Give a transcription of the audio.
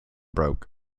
broke